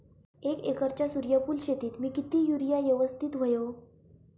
एक एकरच्या सूर्यफुल शेतीत मी किती युरिया यवस्तित व्हयो?